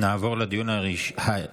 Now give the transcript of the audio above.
נעבור לדיון האישי.